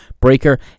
Breaker